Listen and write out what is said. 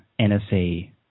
NSA